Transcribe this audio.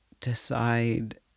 decide